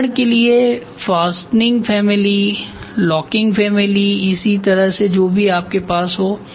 उदाहरण के लिए फास्टनिंग फॅमिली लॉकिंग फॅमिली इसी तरह से जो भी आपके पास हो